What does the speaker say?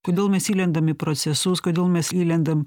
kodėl mes įlendam į procesus kodėl mes lilendam